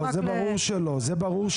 לא, זה ברור שלא.